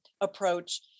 approach